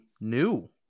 new